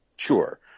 Sure